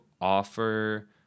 offer